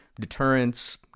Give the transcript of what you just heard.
deterrence